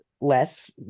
less